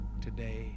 today